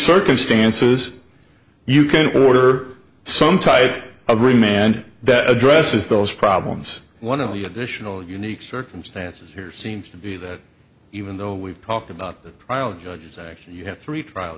circumstances you can order some tight and that addresses those problems one of the additional unique circumstances here seems to be that even though we've talked about the prior judges actually you have three trial